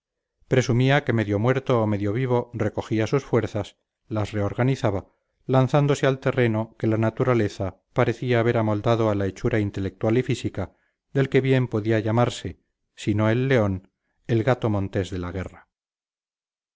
presumía que medio muerto o medio vivo recogía sus fuerzas las reorganizaba lanzándose al terreno que la naturaleza parecía haber amoldado a la hechura intelectual y física del que bien podía llamarse si no el león el gato montés de la guerra